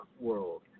world